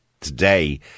today